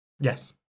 Yes